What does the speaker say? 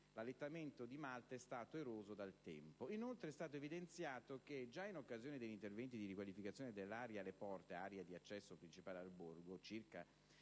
l'allettamento di malte è stato eroso dal tempo. Inoltre, è stato evidenziato che, già in occasione degli interventi di riqualificazione dell'area «Le Porte» (area di accesso principale al borgo) circa